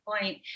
point